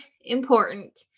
important